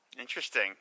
Interesting